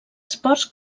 esports